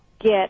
get